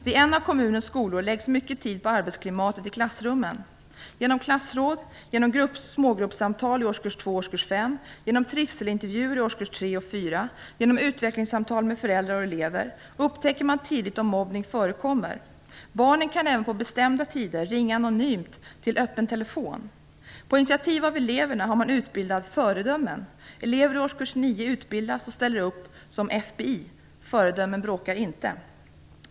Vid en av kommunens skolor läggs mycket tid på arbetsklimatet i klassrummen. Genom klassråden, smågruppssamtal i åk 2 och 5, trivselintervjuer med åk 3 och 4 och utvecklingssamtal med föräldrar och elever upptäcker man tidigt att mobbning förekommer. Barnen kan även på bestämda tider ringa anonymt till "öppen telefon". På initiativ av eleverna har man utbildat "föredömen". Elever ur årskurs 9 utbildas och ställer upp som FBI .